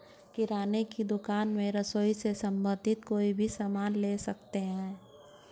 किराने की दुकान में रसोई से संबंधित कोई भी सामान ले सकते हैं